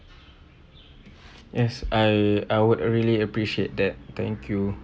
yes I I would really appreciate that thank you